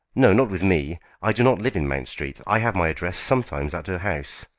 no, not with me i do not live in mount street. i have my address sometimes at her house.